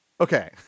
Okay